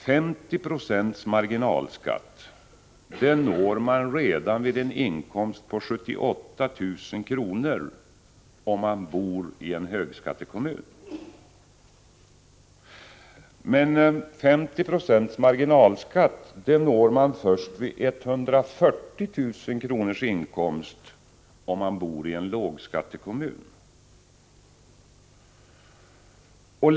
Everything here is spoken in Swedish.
50 26 marginalskatt når man redan vid en inkomst på 78 000 kr. om man bor i högskattekommunen, medan man når samma uttagsprocent först vid en inkomst på 140 000 kr. om man bor i lågskattekommunen.